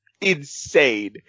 insane